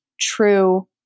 true